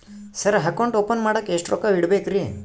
Sir account open ಮಾಡಾಕ ಎಷ್ಟು ರೊಕ್ಕ ಇಡಬೇಕ್ರಿ?